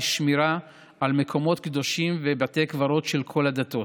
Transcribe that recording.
שמירה על מקומות קדושים ובתי קברות של כל הדתות.